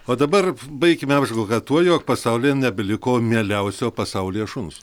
o dabar baikime apžvalgą tuo jog pasaulyje nebeliko mieliausio pasaulyje šuns